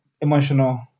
emotional